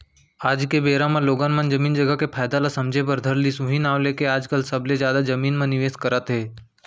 आज के बेरा म लोगन मन जमीन जघा के फायदा ल समझे बर धर लिस उहीं नांव लेके आजकल सबले जादा जमीन म निवेस करत हे